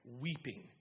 weeping